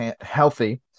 healthy